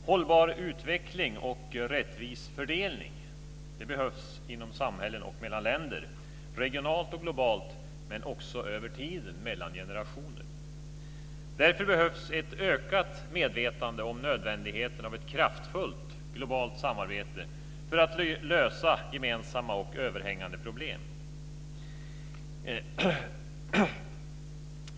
Herr talman! Hållbar utveckling och rättvis fördelning behövs inom samhällen och mellan länder, regionalt och globalt, men också över tiden mellan generationer. Därför behövs ett ökat medvetande om nödvändigheten av ett kraftfullt globalt samarbete för att lösa gemensamma och överhängande problem.